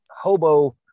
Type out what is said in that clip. hobo